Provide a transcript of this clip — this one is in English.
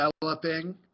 developing